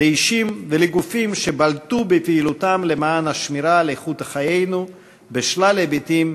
לאישים ולגופים שבלטו בפעילותם למען השמירה על איכות חיינו בשלל היבטים,